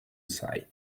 site